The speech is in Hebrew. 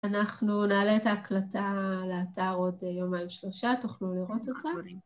אנחנו נעלה את ההקלטה לאתר עוד יומיים שלושה, תוכלו לראות אותה.